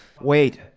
Wait